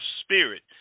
spirit